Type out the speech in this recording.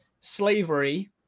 slavery